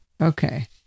Okay